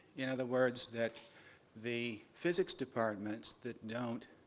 in other words, that the physics departments that don't